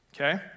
okay